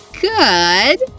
good